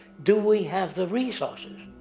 do we have the resources?